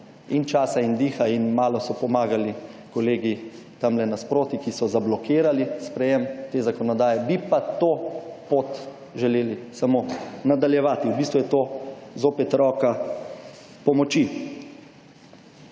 in časa in diha in malo so pomagali kolegi tam nasproti, ki so zablokirali sprejem te zakonodaje, bi pa to pot želeli samo nadaljevati. V bistvu je to zopet roka pomoči.